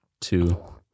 two